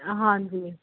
ਹਾਂਜੀ